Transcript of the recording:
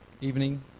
evening